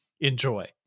enjoy